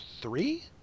three